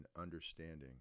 understanding